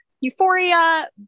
euphoria